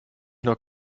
noch